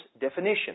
definition